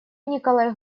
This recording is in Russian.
николай